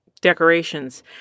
decorations